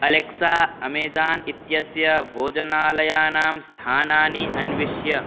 Alexa Amazon इत्यस्य भोजनालयानां स्थानानि अन्विष्य